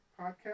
Podcast